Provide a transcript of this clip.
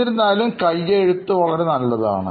എന്നിരുന്നാലും കൈയ്യെഴുത്തു വളരെ നല്ലതാണ്